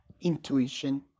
intuition